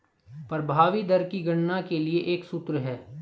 प्रभावी दर की गणना के लिए एक सूत्र है